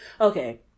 okay